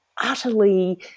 utterly